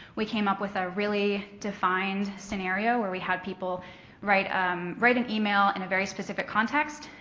we came up with a really defined scenario where we had people write um write an email in a very specific context.